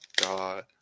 god